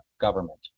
government